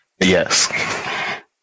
Yes